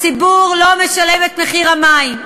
הציבור לא משלם את מחיר המים,